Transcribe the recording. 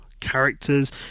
characters